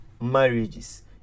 marriages